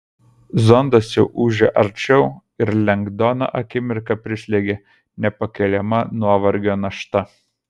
zondas jau ūžė arčiau ir lengdoną akimirką prislėgė nepakeliama nuovargio našta